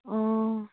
অঁ